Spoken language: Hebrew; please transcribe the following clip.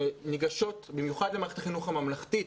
שניגשות במיוחד למערכת החינוך הממלכתית,